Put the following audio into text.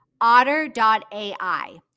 Otter.ai